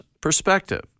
perspective